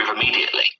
immediately